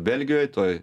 belgijoj toj